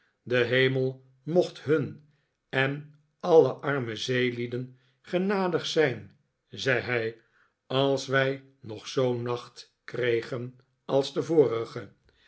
de hemel mocht hun en alle arme zeelieden genadig zijn zei hij als wij nog zoo'n nacht kregen als de vorige